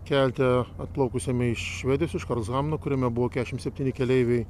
kelte atplaukusiame iš švedijos iš karlshamno kuriame buvo kešim septyni keleiviai